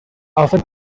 often